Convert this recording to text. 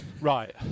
Right